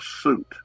suit